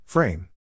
Frame